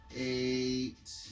Eight